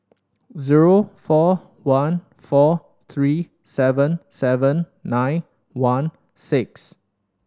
zero four one four three seven seven nine one six